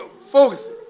Folks